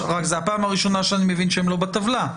זו הפעם הראשונה שאני מבין שהם לא בטבלה.